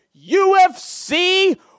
UFC